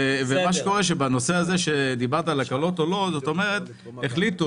בנושא הזה שדיברת על הקלות היתה